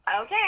Okay